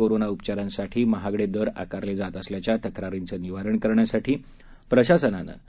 corona उपचारांसाठी महागडे दर आकारले जात असल्याच्या तक्रारींचं निवारण करण्यासाठी प्रशासनानं